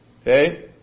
Okay